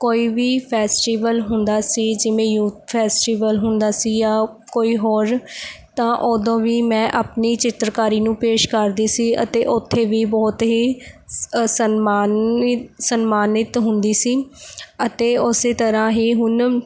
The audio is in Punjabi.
ਕੋਈ ਵੀ ਫੈਸਟੀਵਲ ਹੁੰਦਾ ਸੀ ਜਿਵੇਂ ਯੂਥ ਫੈਸਟੀਵਲ ਹੁੰਦਾ ਸੀ ਜਾਂ ਕੋਈ ਹੋਰ ਤਾਂ ਉਦੋਂ ਵੀ ਮੈਂ ਆਪਣੀ ਚਿੱਤਰਕਾਰੀ ਨੂੰ ਪੇਸ਼ ਕਰਦੀ ਸੀ ਅਤੇ ਉੱਥੇ ਵੀ ਬਹੁਤ ਹੀ ਸਨਮਾਨਿਤ ਸਨਮਾਨਿਤ ਹੁੰਦੀ ਸੀ ਅਤੇ ਉਸੇ ਤਰ੍ਹਾਂ ਹੀ ਹੁਨ